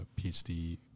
PhD